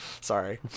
sorry